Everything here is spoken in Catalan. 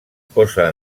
posa